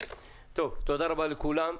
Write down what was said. תודה רבה לכולם.